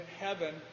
heaven